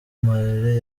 marley